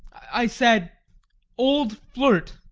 i said old flirt!